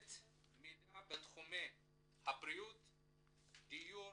לתת מידע בתחומי הבריאות, הדיור,